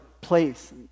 place